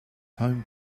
home